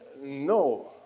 no